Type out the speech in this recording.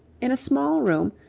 in a small room,